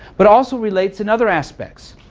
but also relates another aspects.